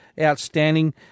outstanding